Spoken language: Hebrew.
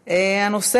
נתקבלה.